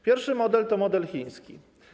Pierwszy model to model chiński.